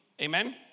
amen